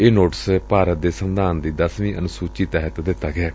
ਇਹ ਨੋਟਿਸ ਭਾਰਤ ਦੇ ਸੰਵਿਧਾਨ ਦੀ ਦਸਵੀਂ ਅਨਸੁਚੀ ਤਹਿਤ ਦਿੱਤਾ ਗਿਐ